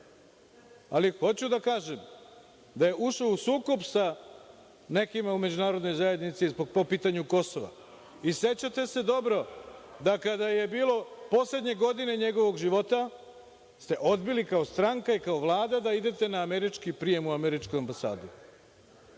Ali, hoću da kažem da je ušao u sukob sa nekima u međunarodnoj zajednici po pitanju Kosova. Sećate se dobro, da kada je bilo poslednje godine njegovog života da ste odbili i kao stranka i kao Vlada da idete na američki prijem u američkoj ambasadi.